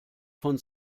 von